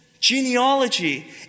genealogy